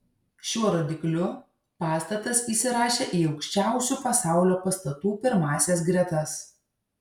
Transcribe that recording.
šiuo rodikliu pastatas įsirašė į aukščiausių pasaulio pastatų pirmąsias gretas